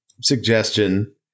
suggestion